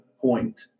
point